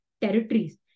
territories